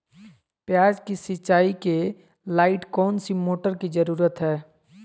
प्याज की सिंचाई के लाइट कौन सी मोटर की जरूरत है?